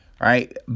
Right